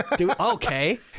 Okay